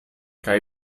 kaj